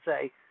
say